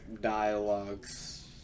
Dialogues